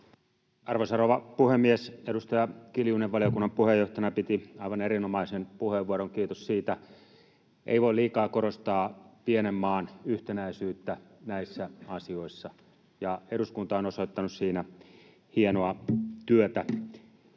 Arvoisa rouva puhemies! Edustaja Kiljunen valiokunnan puheenjohtajana piti aivan erinomaisen puheenvuoron — kiitos siitä. Ei voi liikaa korostaa pienen maan yhtenäisyyttä näissä asioissa, ja eduskunta on osoittanut siinä hienoa työtä.